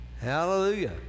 hallelujah